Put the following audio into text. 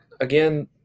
again